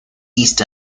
east